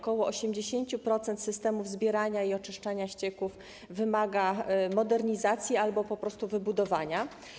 Ok. 80% systemów zbierania i oczyszczania ścieków wymaga modernizacji albo po prostu wybudowania.